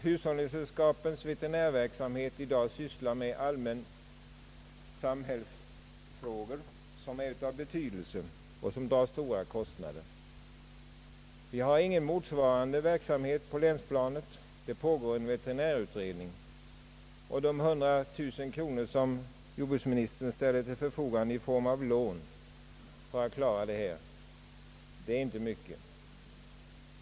Hushållningssällskapens <:veterinärverksamhet omfattar i dag allmänna samhällsfrågor, som är både betydelsefulla och mycket kostnadskrävande. Det finns ingen motsvarande verksamhet på länsplanet. Det pågår en veterinärutredning. De 100000 kronor som jordbruksministern ställt till förfogande i form av lån för att klara denna verksamhet räcker inte långt.